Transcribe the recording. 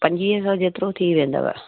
पंजवीह सौ जेतिरो थी वेंदुव